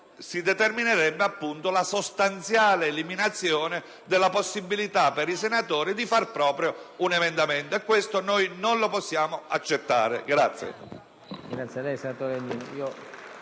si determinerebbe la sostanziale eliminazione della possibilità per i senatori di far proprio un emendamento e questo non lo possiamo accettare.